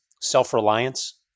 self-reliance